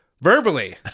verbally